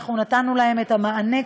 אנחנו כבר נתנו עליהן את המענה,